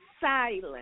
silent